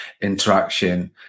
interaction